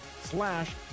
slash